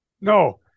No